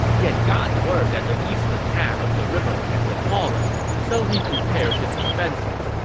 he had gotten word that the eastern half of the riverlands had fallen, so he prepared his defenses.